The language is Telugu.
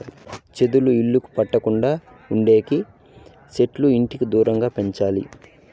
చెదలు ఇళ్లకు పట్టకుండా ఉండేకి సెట్లు ఇంటికి దూరంగా పెంచాలి